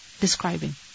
describing